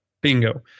Bingo